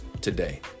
today